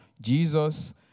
Jesus